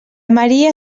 maria